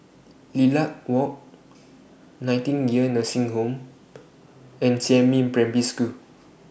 Lilac Walk Nightingale Nursing Home and Jiemin Primary School